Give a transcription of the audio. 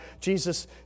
Jesus